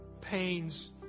pains